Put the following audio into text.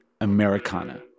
Americana